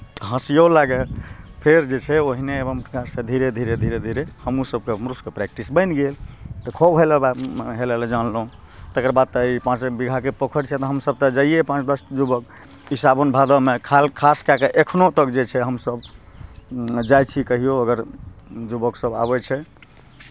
हँसिओ लागए फेर जे छै ओहिने एवम प्रकारसँ धीरे धीरे धीरे धीरे हमहूँ सभ हमरो सभके प्रैक्टिस बनि गेल तऽ खूब हेलब आब हेलय लए जानलहुँ तकर बाद तऽ ई पाँच बीघाके पोखरि छै तऽ हमसभ तऽ जइयै पाँच दस युवक ई सावन भादोमे खाल खास कए कऽ एखनहु तक जे छै हमसभ जाइ छी कहिओ अगर युवकसभ आबै छै